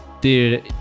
Dude